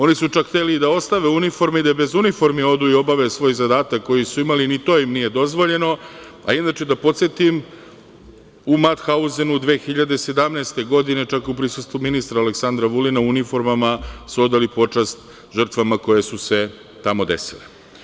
Oni su čak hteli i da ostave uniforme i da bez uniforme odu i obave svoj zadatak koji su imali, ni to im nije dozvoljeno, a inače, da podsetim, u Mathauzenu 2017. godine, čak u prisustvu ministra Aleksandra Vulina, u uniformama su odali počast žrtvama koje su se tamo desile.